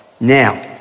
Now